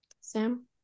Sam